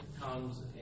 comes